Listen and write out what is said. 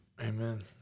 Amen